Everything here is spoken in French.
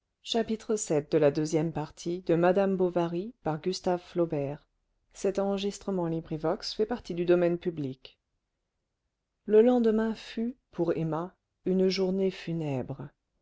le lendemain fut pour emma une journée funèbre